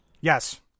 Yes